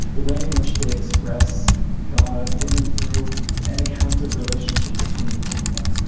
the way in which they express god in and through an account of relationship between people.